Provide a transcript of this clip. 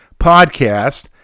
Podcast